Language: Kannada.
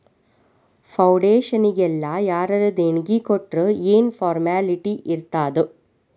ಫೌಡೇಷನ್ನಿಗೆಲ್ಲಾ ಯಾರರ ದೆಣಿಗಿ ಕೊಟ್ರ್ ಯೆನ್ ಫಾರ್ಮ್ಯಾಲಿಟಿ ಇರ್ತಾದ?